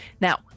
Now